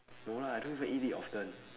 no lah I don't even eat it often